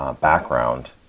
background